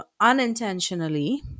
unintentionally